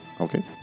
Okay